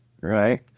right